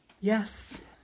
Yes